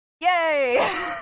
Yay